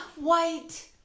White